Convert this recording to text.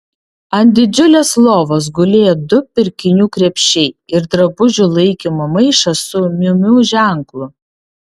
ant didžiulės lovos gulėjo du pirkinių krepšiai ir drabužių laikymo maišas su miu miu ženklu